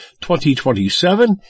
2027